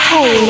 Hey